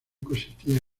consistía